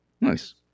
Nice